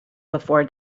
before